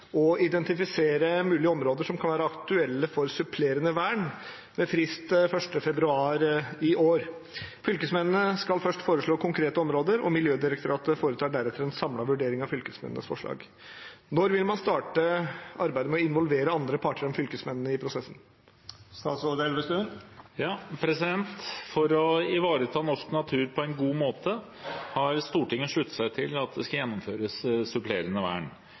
år. Fylkesmennene skal først foreslå konkrete områder, og Miljødirektoratet foretar deretter en samlet vurdering av fylkesmennenes forslag. Når vil man starte med å involvere andre parter enn fylkesmennene i prosessen?» For å ivareta norsk natur på en god måte har Stortinget sluttet seg til at det skal gjennomføres supplerende vern.